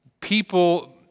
people